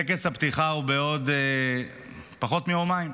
טקס הפתיחה הוא בעוד פחות מיומיים,